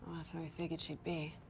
i figured she'd be.